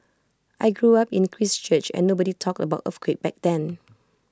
I grew up in Christchurch and nobody talked about earthquake back then